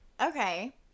Okay